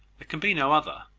can be no other.